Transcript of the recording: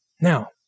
Now